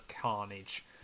carnage